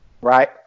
Right